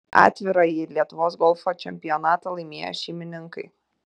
atvirąjį lietuvos golfo čempionatą laimėjo šeimininkai